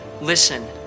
Listen